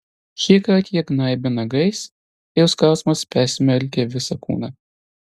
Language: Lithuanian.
šįkart jie gnaibė nagais ir skausmas persmelkė visą kūną